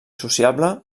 sociable